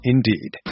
Indeed